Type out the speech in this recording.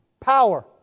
power